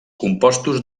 compostos